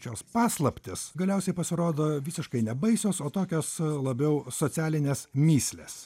šios paslaptys galiausiai pasirodo visiškai nebaisios o tokios labiau socialinės mįslės